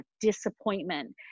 disappointment